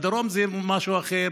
כי בדרום זה משהו אחר,